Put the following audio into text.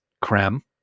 creme